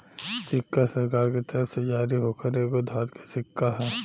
सिक्का सरकार के तरफ से जारी होखल एगो धातु के सिक्का ह